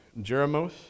Jeremoth